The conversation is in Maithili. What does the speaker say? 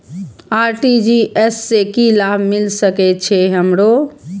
आर.टी.जी.एस से की लाभ मिल सके छे हमरो?